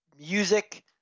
music